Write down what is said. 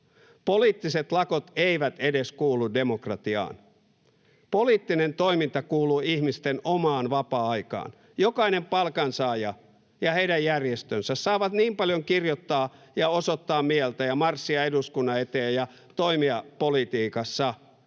Poliittiset lakot eivät edes kuulu demokratiaan. Poliittinen toiminta kuuluu ihmisten omaan vapaa-aikaan. Jokainen palkansaaja ja heidän järjestönsä saavat niin paljon kirjoittaa ja osoittaa mieltä ja marssia eduskunnan eteen ja toimia politiikassa,